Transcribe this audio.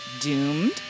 doomed